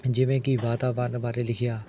ਜਿਵੇਂ ਕਿ ਵਾਤਾਵਰਣ ਬਾਰੇ ਲਿਖਿਆ